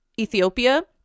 Ethiopia